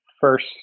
first